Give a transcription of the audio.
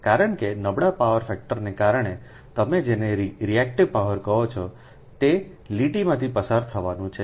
કારણ કે નબળા પાવર ફેક્ટરને કારણે તમે જેને રિએક્ટિવ પાવર કહો છો તે લીટીમાંથી પસાર થવાનું છે